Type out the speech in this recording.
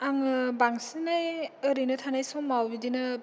आङो बांसिनै ओरैनो थानाय समाव बिदिनो